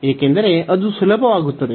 ಏಕೆಂದರೆ ಅದು ಸುಲಭವಾಗುತ್ತದೆ